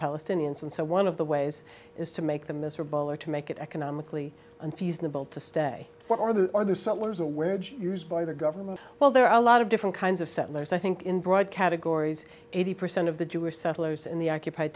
palestinians and so one of the ways is to make them miserable or to make it economically unfeasible to stay one or the other someone used by the government well there are a lot of different kinds of settlers i think in broad categories eighty percent of the jewish settlers in the occupied